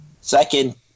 Second